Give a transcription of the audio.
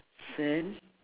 yes and